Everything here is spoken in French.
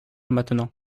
maintenant